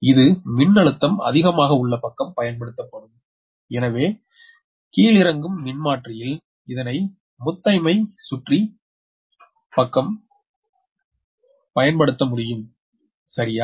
இது மின்னழுத்தம் அதிமாக உள்ள பக்கம் பயன்படுத்தப்படும் எனவே கீழிறக்கும் மின்மாற்றியில் இதனை முத்தைமை சுற்றி பக்கம் தன பயன்படுத்த முடியும் சரியா